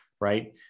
Right